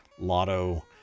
lotto